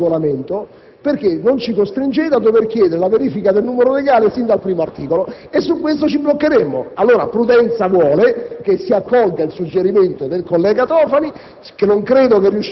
Perché un richiamo al Regolamento? Perché così ci costringete a dover chiedere la verifica del numero legale sin dal primo articolo e su questo ci bloccheremo. Allora, prudenza vuole che si accolga il suggerimento del collega Tofani,